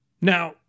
Now